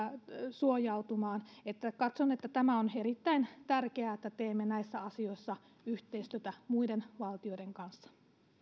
suojautumaan katson että on erittäin tärkeää että teemme näissä asioissa yhteistyötä muiden valtioiden kanssa